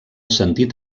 sentit